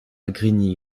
grigny